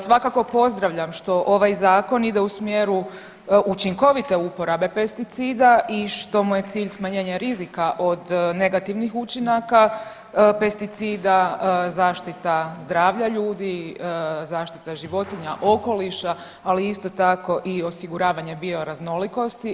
Svakako pozdravljam što ovaj Zakon ide u smjeru učinkovite uporabe pesticida i što mu je cilj smanjenje rizika od negativnih učinaka pesticida, zaštita zdravlja ljudi, zaštita životinja, okoliša, ali isto tako i osiguravanje bioraznolikosti.